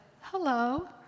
hello